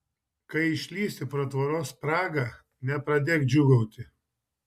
kai išlįsi pro tvoros spragą nepradėk džiūgauti